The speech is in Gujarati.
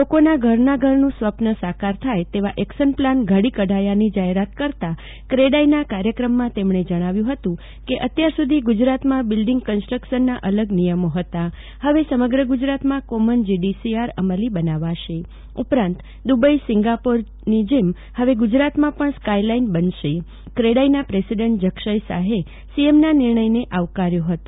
લોકોના ઘરનું ઘર સ્વપ્ન સાકાર થાય તેવા એકશન પ્લાન ઘડી કાઢવાની જાહેરાત કરતા ક્રેડાઇના કાર્ચકમમાં તેમણે કહયું હતુ કે અત્યાર સુધી ગુજરાતમાં બિલ્ડીગ કન્સ્ટ્ર્કશનના અલગ નિયમો હતા હવે સમગ્ર ગુજરાતમાં કોમન જીડીસીઆર અમલી બનાવાશે ઉપરાંત દુબઈ સીંગાપોરની જેમ હવે ગુજરાતમાં સ્કાચલાયન બનશે કેડાઇના પ્રેસિડેન્ટ જક્ષય શાહે સીએમના નિર્ણયને આવકારયો હતો